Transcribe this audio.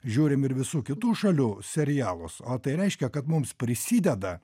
žiūrim ir visų kitų šalių serialus o tai reiškia kad mums prisideda